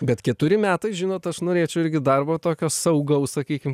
bet keturi metai žinot aš norėčiau irgi darbo tokio saugaus sakykim